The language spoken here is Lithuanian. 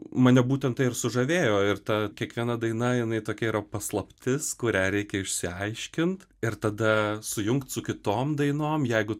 mane būtent tai ir sužavėjo ir ta kiekviena daina jinai tokia yra paslaptis kurią reikia išsiaiškint ir tada sujungt su kitom dainom jeigu